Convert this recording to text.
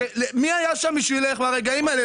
מי היה שם בשבילך ברגעים האלה?